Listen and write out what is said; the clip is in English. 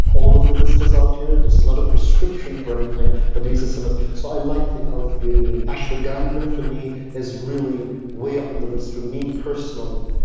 all of the listeners out here, this is not a prescription for anything, but these are some of. so i like the athenian, ashwagandha for me, is really way up on the list for me personally.